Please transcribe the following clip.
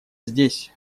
здесь